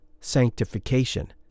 sanctification